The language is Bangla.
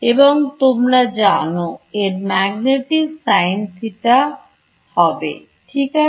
এবং তোমরা জানো এর Magnitude sin θ হবে ঠিক আছে